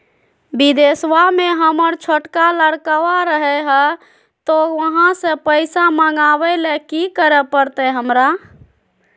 बिदेशवा में हमर छोटका लडकवा रहे हय तो वहाँ से पैसा मगाबे ले कि करे परते हमरा?